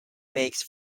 makes